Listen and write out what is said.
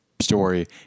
story